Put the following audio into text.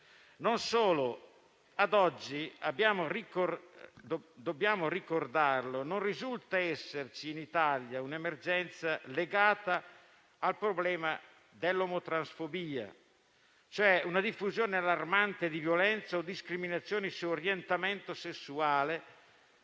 Non solo, ma ad oggi - dobbiamo ricordarlo - non risulta esserci in Italia un'emergenza legata al problema dell'omotransfobia, cioè una diffusione allarmante di violenze o discriminazioni basate sull'orientamento sessuale,